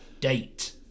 date